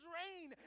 rain